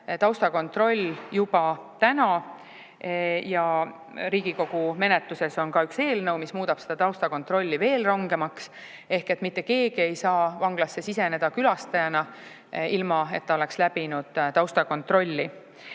taustakontroll juba täna ja Riigikogu menetluses on ka üks eelnõu, mis muudab selle taustakontrolli veel rangemaks. Mitte keegi ei saa vanglasse siseneda külastajana, ilma et ta oleks läbinud taustakontrolli.